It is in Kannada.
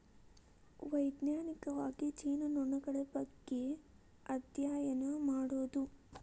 ವೈಜ್ಞಾನಿಕವಾಗಿ ಜೇನುನೊಣಗಳ ಬಗ್ಗೆ ಅದ್ಯಯನ ಮಾಡುದು